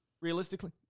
realistically